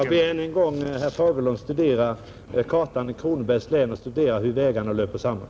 Herr talman! Jag ber ännu en gång herr Fagerlund studera kartan över Kronobergs län och se hur vägarna löper samman,